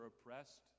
oppressed